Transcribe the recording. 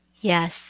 Yes